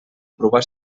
aprovar